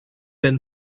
been